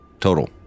Total